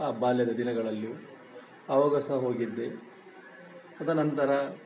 ಆ ಬಾಲ್ಯದ ದಿನಗಳಲ್ಲಿ ಅವಾಗ ಸಹ ಹೋಗಿದ್ದೆ ತದ ನಂತರ